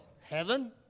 Heaven